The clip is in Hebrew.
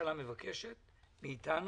שממשלה מבקשת מאתנו,